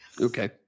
Okay